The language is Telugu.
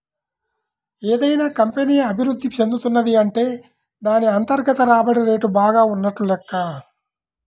ఏదైనా కంపెనీ అభిరుద్ధి చెందుతున్నది అంటే దాన్ని అంతర్గత రాబడి రేటు బాగా ఉన్నట్లు లెక్క